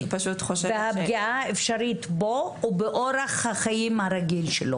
והפגיעה האפשרית בו ובאורח החיים הרגיל שלו.